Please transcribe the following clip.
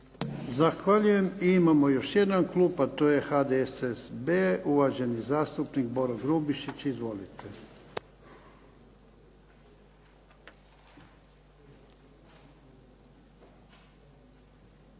Zahvaljujem. I imamo još jedan klub, a to je HDSSB, uvaženi zastupnik Boro Grubišić. Izvolite.